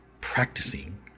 practicing